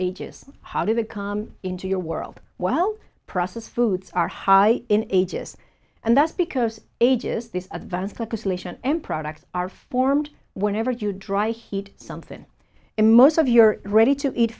ages how do they come into your world well processed foods are high in ages and that's because ages this advanced like a solution and products are formed whenever you dry heat something in most of your ready to eat